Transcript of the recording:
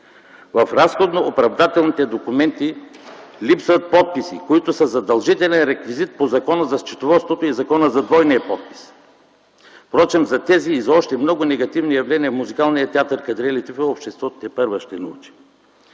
В разходно-оправдателните документи липсват подписи, които са задължителен реквизит по Закона за счетоводството и Закона за двойния подпис. Впрочем за тези и за още много негативни явления в Музикалния театър „Кадрие Лятифова” обществото тепърва ще научи.